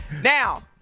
Now